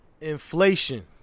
inflation